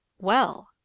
Well